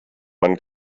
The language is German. man